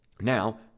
now